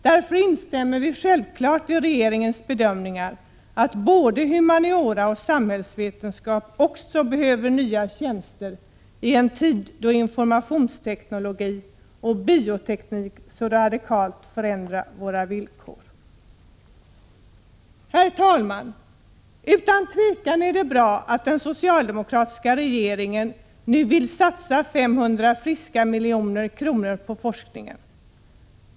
Därför instämmer jag självfallet i regeringens bedömning att också humaniora och samhällsvetenskap behöver nya tjänster i en tid då informationsteknologi och bioteknik så radikalt förändrar våra villkor. Herr talman! Utan tvivel är det bra att den socialdemokratiska regeringen nu vill satsa 500 friska miljoner på forskningen.